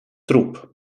trup